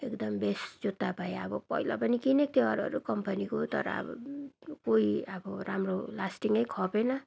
एकदम बेस्ट जुत्ता पाए अब पहिला पनि किनेको थियो अरू अरू कम्पनीको तर अब कोही अब राम्रो लास्टिङ खपेन